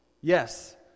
Yes